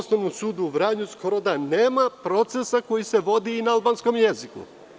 U Osnovnom sudu u Vranju skoro da nema procesa koji se vodi na albanskom jeziku.